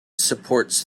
supports